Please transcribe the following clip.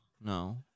No